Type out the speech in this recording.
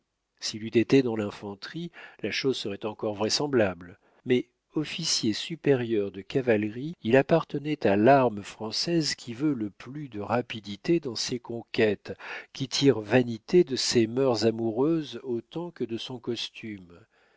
s'il eût été dans l'infanterie la chose serait encore vraisemblable mais officier supérieur de cavalerie il appartenait à l'arme française qui veut le plus de rapidité dans ses conquêtes qui tire vanité de ses mœurs amoureuses autant que de son costume